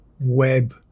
web